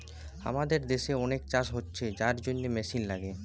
আমাদের দেশে অনেক চাষ হচ্ছে যার জন্যে মেশিন লাগে